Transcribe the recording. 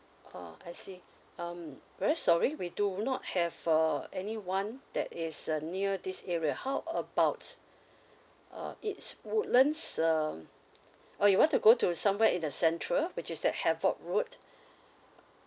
oh I see um very sorry we do not have uh any one that is uh near this area how about uh it's woodlands um or you want to go to somewhere in the central which is at havoc route